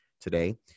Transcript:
today